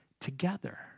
together